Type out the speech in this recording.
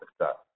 success